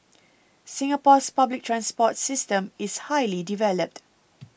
Singapore's public transport system is highly developed